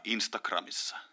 Instagramissa